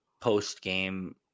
post-game